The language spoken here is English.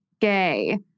gay